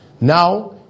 Now